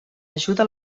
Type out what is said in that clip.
ajuda